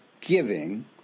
giving